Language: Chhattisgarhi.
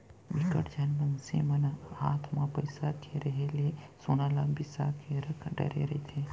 बिकट झन मनसे मन हात म पइसा के रेहे ले सोना ल बिसा के रख डरे रहिथे